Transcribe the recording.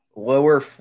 Lower